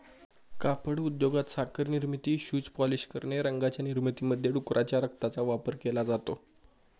कापड उद्योगात, साखर निर्मिती, शूज पॉलिश करणे, रंगांच्या निर्मितीमध्ये डुकराच्या रक्ताचा वापर केला जातो